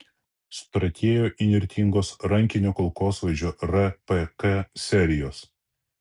sutratėjo įnirtingos rankinio kulkosvaidžio rpk serijos